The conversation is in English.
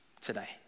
today